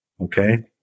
Okay